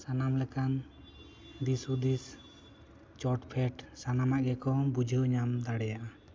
ᱥᱟᱱᱟᱢ ᱞᱮᱠᱟᱱ ᱫᱤᱥ ᱦᱩᱫᱤᱥ ᱪᱚᱴ ᱯᱷᱮᱰ ᱥᱟᱱᱟᱢᱟᱜ ᱜᱮᱠᱚ ᱵᱩᱡᱷᱟᱹᱣ ᱧᱟᱢ ᱫᱟᱲᱮᱭᱟᱜ ᱟ